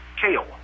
kale